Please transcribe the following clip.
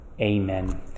Amen